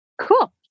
Cool